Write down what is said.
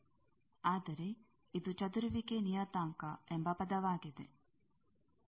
ಆದ್ದರಿಂದ ವಿವಿಧ ಸರ್ಕ್ಯೂಟ್ಗಳು ಜಾಲಗಳು ಇತ್ಯಾದಿಗಳ ಎಸ್ ನಿಯತಾಂಕಗಳನ್ನು ಕಂಡುಹಿಡಿಯಲು ಮತ್ತು ಅಳತೆಗಾಗಿ ಜಾಲ ವಿಶ್ಲೇಷಕವು ನಿಮಗೆ ಸಹಾಯ ಮಾಡುತ್ತದೆ